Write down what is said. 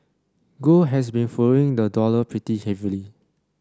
gold has been following the dollar pretty heavily